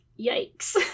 yikes